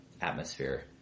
atmosphere